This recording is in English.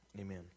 Amen